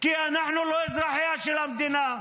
כי אנחנו לא אזרחיה של המדינה.